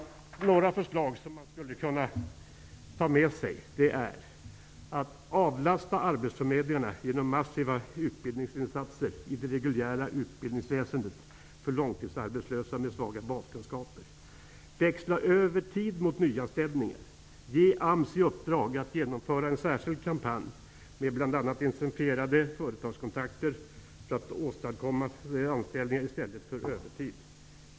Följande förslag bör man kunna ta med sig: Avlasta arbetsförmedlingarna genom massiva utbildningsinsatser i det reguljära utbildningsväsendet för långtidsarbetslösa med svaga baskunksaper. Växla övertid mot nyanställningar. Ge AMS i uppdrag att genomföra en särskild kampanj med bl.a. intensifierade företagskontakter för att åstadkomma anställningar i stället för övertid.